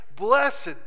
Blessed